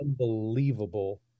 unbelievable